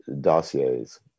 dossiers